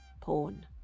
porn